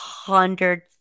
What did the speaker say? hundred